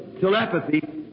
telepathy